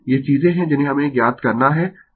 ये चीजें है जिन्हें हमें ज्ञात करना है